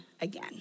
again